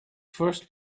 first